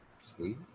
Sweet